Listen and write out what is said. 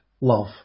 love